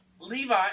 Levi